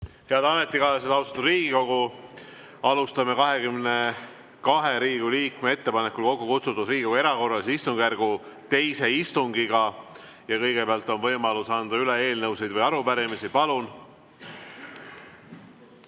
Head ametikaaslased, austatud Riigikogu! Alustame 22 Riigikogu liikme ettepanekul kokku kutsutud Riigikogu erakorralise istungjärgu teist istungit. Kõigepealt on võimalus anda üle eelnõusid või arupärimisi. Palun!